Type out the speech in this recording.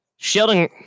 Sheldon